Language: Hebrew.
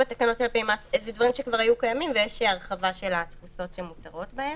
זה בתקנות שכבר היו קיימות ויש הרחבה של התפוסות שמותרות בהן.